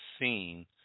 seen